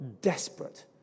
desperate